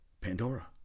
Pandora